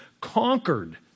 conquered